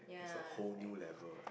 it's a whole new level eh